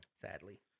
sadly